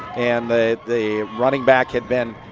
and the the running back had been